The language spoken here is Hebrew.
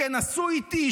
כן עשו איתי,